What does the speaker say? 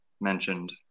mentioned